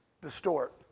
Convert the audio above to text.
distort